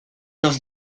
los